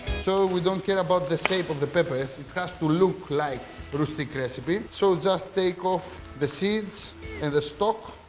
so we don't care about the shape of the peppers. it has to look like a but rustic recipe. so just take off the seeds and the stalk,